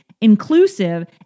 inclusive